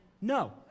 no